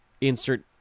insert